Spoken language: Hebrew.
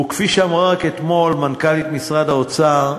וכפי שאמרה רק אתמול מנכ"לית משרד האוצר,